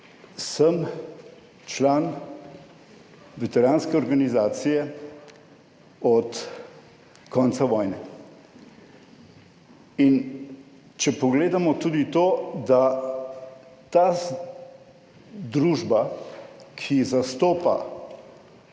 sem član veteranske organizacije od konca vojne in če pogledamo tudi to, da ta družba, ki zastopa